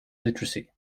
literacy